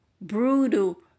brutal